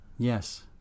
Yes